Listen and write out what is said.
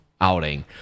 outing